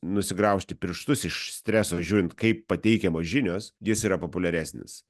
nusigraužti pirštus iš streso žiūrint kaip pateikiamos žinios jis yra populiaresnis